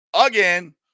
Again